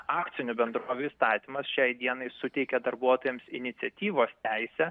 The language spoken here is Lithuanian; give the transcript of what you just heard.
akcinių bendrovių įstatymas šiai dienai suteikia darbuotojams iniciatyvos teisę